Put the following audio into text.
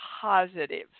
positive